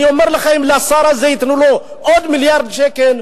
אני אומר לך: אם לשר הזה ייתנו עוד מיליארד שקל,